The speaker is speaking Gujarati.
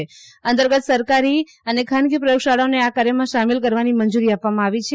આ અંતર્ગત સરકારી અને ખાનગી પ્રયોગશાળોને આ કાર્યમાં સામેલ કરવાની મંજૂરી આપવામાં આવી છે